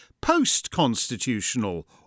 post-constitutional